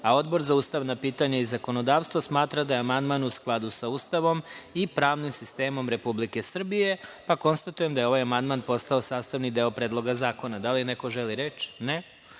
amandman. Odbor za ustavna pitanja i zakonodavstvo smatra da je amandman u skladu sa Ustavom i pravnim sistemom Republike Srbije. Konstatujem da je ovaj amandman postao sastavni deo Predloga zakona. Da li neko želi reč?